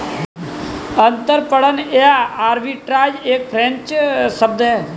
अंतरपणन या आर्बिट्राज एक फ्रेंच शब्द है